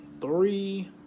three